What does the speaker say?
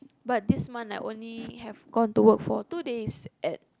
but this month I only have gone to work for two days at